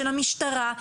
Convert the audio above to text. של המשטרה,